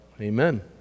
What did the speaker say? amen